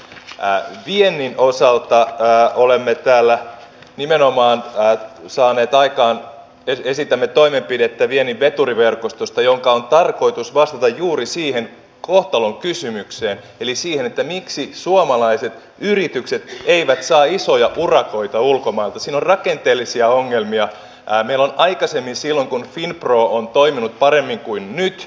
iso riski kuitenkin on siinä että näin ei käy koska ne toimet joita hallituksella on joita se on suunnitellut johtavat siihen että työttömyys todennäköisesti nousee kotimarkkinoiden hyytyessä ja lähtee vasta sitten ehkä paranemaan kun vienti lähtisi vetämään näiden toimien jälkeen